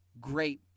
great